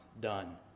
done